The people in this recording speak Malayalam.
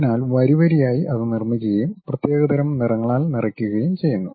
അതിനാൽ വരിവരിയായി അത് നിർമ്മിക്കുകയും പ്രത്യേക തരം നിറങ്ങളാൽ നിറയ്ക്കുകയും ചെയ്യുന്നു